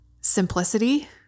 simplicity